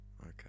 Okay